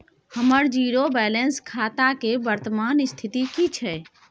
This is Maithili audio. हमर जीरो बैलेंस खाता के वर्तमान स्थिति की छै?